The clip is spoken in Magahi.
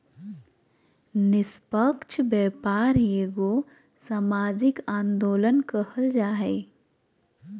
निस्पक्ष व्यापार एगो सामाजिक आंदोलन कहल जा हइ